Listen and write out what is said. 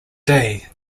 day